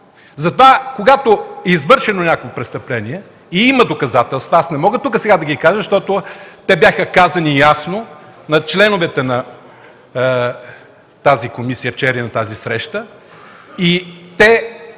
Затова, когато е извършено някакво престъпление и има доказателства – аз сега не мога да ги кажа тук, защото те бяха казани ясно на членовете на тази комисия вчера и на тази среща,